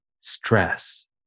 stress